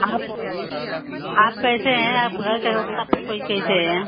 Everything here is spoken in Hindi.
आप आप कैसे हैं आपका घर का सबको कोई कैसे है